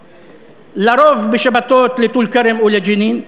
לרוב, בשבתות, לטול-כרם או לג'נין.